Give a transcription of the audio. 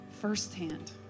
firsthand